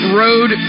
road